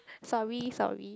sorry sorry